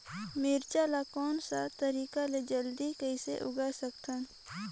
मिरचा ला कोन सा तरीका ले जल्दी कइसे उगाय सकथन?